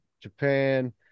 Japan